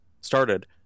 started